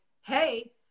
hey